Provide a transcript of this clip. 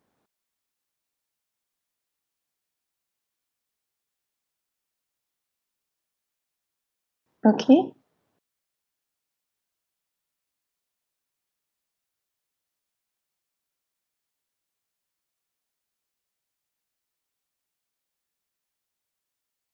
okay